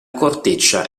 corteccia